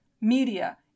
media